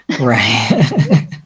Right